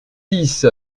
dix